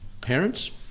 Parents